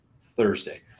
Thursday